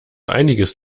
einiges